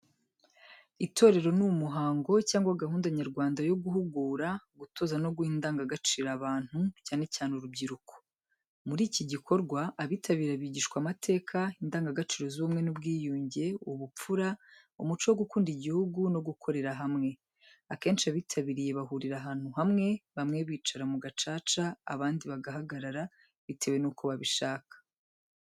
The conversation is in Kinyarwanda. Itorero ni umuhango cyangwa gahunda nyarwanda yo guhugura, gutoza no guha indangagaciro abantu, cyane cyane urubyiruko. Muri iki gikorwa, abitabira bigishwa amateka, indangagaciro z’ubumwe n’ubwiyunge, ubupfura, umuco wo gukunda igihugu no gukorera hamwe. Akenshi abitabiriye bahurira ahantu hamwe , bamwe bicara mugacaca abandi bagahagarara bitewe nuko babishaka.